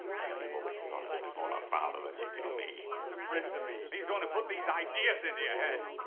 i know you've always thought of him as more of a father than you do me. he's a friend to me. he's the one who put these ideas into your head.